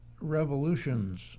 revolutions